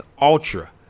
Ultra